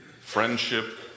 friendship